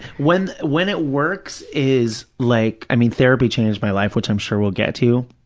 when when it works is like, i mean, therapy changed my life, which i'm sure we'll get to,